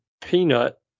peanut